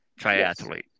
triathlete